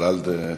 אבל אל תחרגו.